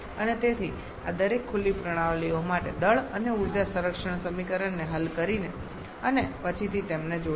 અને તેથી આ દરેક ખુલ્લી પ્રણાલીઓ માટે દળ અને ઉર્જા સંરક્ષણ સમીકરણને હલ કરીને અને પછીથી તેમને જોડીને